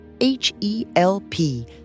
H-E-L-P